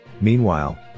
Meanwhile